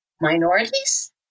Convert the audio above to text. minorities